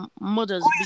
mother's